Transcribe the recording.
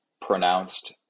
pronounced